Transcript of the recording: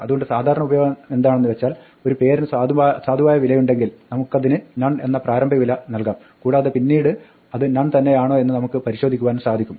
അതുകൊണ്ട് സാധാരണ ഉപയോഗമെന്താണെന്ന് വെച്ചാൽ ഒരു പേരിന് സാധുവായ വിലയുണ്ടെങ്കിൽ നമുക്കതിന് നൺ എന്ന പ്രാരംഭവില നൽകാം കൂടാതെ പിന്നിട് അത് നൺ തന്നെയാണോ എന്ന് നമുക്ക് പരിശോധിക്കുവാനും സാധിക്കും